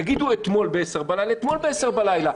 יגידו אתמול ב-22:00 בלילה, אתמול ב-22:00 בלילה.